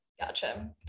Gotcha